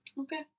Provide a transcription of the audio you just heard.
Okay